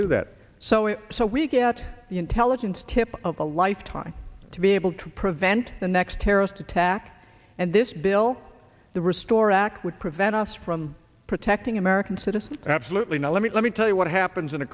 do that so it so we get the intelligence tip of a lifetime to be able to prevent the next terrorist attack and this bill the restore act would prevent us from protecting american citizens absolutely no let me let me tell you what happens in a